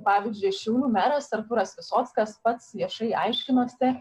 pavyzdžiui šiaulių meras artūras visockas pats viešai aiškinosi